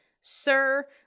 sir